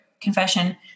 confession